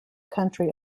country